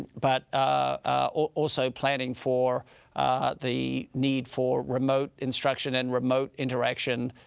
but also planning for the need for remote instruction and remote interaction,